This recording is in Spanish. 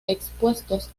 expuestos